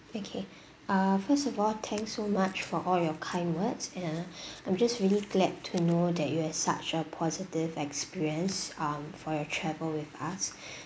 okay uh first of all thanks so much for all your kind words and uh I'm just really glad to know that you have such a positive experience um for your travel with us